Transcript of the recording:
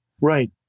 Right